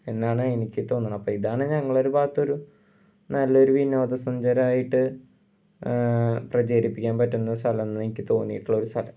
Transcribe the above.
എന്നാണ് എനിക്ക് തോന്നുന്നത് അപ്പം ഇതാണ് ഞങ്ങളൊരു ഭാഗത്തൊരു നല്ലൊരു വിനോദസഞ്ചാരമായിട്ട് പ്രചരിപ്പിക്കാൻ പറ്റുന്ന സ്ഥലം എന്ന് എനിക്ക് തോന്നിയിട്ടുള്ളൊരു സ്ഥലം